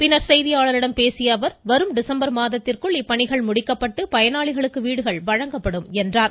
பின்னர் செய்தியாளர்களிடம் பேசிய அவர் வரும் டிசம்பர் மாதத்திற்குள் இப்பணிகள் முடிக்கப்பட்டு பயனாளிகளுக்கு வீடுகள் வழங்கப்படும் என்றார்